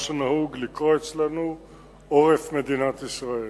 מה שנהוג לקרוא אצלנו עורף מדינת ישראל.